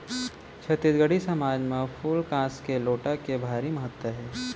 छत्तीसगढ़ी समाज म फूल कांस के लोटा के भारी महत्ता हे